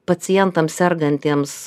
pacientams sergantiems